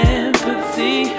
empathy